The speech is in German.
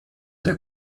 der